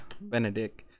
Benedict